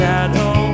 Shadow